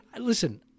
listen